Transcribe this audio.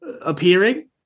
appearing